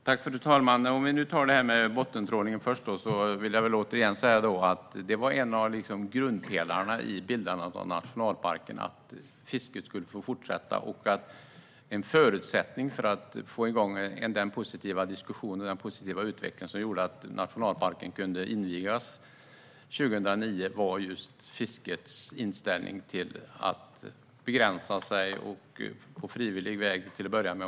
Fru talman! När det gäller bottentrålning vill jag återigen säga att en av grundpelarna vid bildandet av nationalparken var att fisket skulle få fortsätta. En förutsättning för att få igång den positiva diskussion och den positiva utveckling som gjorde att nationalparken kunde invigas 2009 var just fiskets inställning att göra begränsningar på frivillig väg till att börja med.